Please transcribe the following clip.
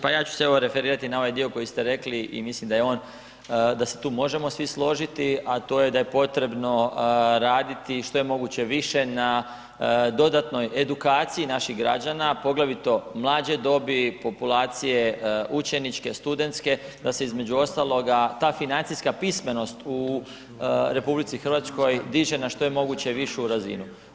Pa ja ću se evo referirati na ovaj dio koji ste rekli i mislim da se tu svi možemo složiti, a to je da je potrebno raditi što je moguće više na dodatnoj edukciji naših građana, poglavito mlađe dobi populacije učeničke, studentske da se između ostaloga ta financijska pismenost u RH diže na što je moguće višu razinu.